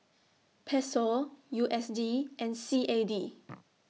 Peso U S D and C A D